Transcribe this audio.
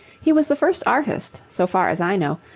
he was the first artist, so far as i know,